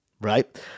right